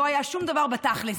לא היה שום דבר בתכלס.